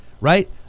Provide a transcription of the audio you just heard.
right